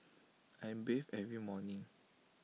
I bathe every morning